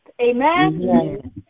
Amen